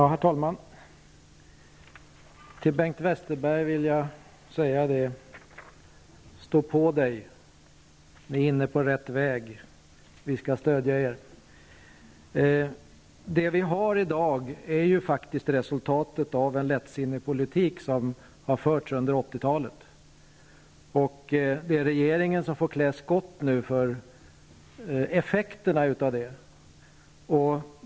Herr talman! Till Bengt Westerberg vill jag säga: Stå på dig! Ni är inne på rätt väg. Vi skall stödja er. Den situation som råder i dag är resultatet av en lättsinnig politik som har förts under 80-talet. Det är regeringen som nu får klä skott nu för effekterna av den politiken.